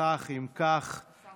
השר